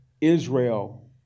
Israel